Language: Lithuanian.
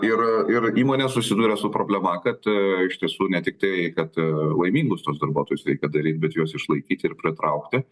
ir ir įmonės susiduria su problema kad iš tiesų ne tik tai kad laimingus tuos darbuotojus reikia daryt bet juos išlaikyti ir pritraukti